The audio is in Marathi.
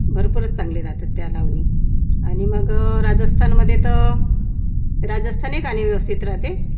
भरपूरच चांगली राहते त्या लावणी आणि मग राजस्थान मध्ये तर राजस्थानी गाणे व्यवस्थित राहते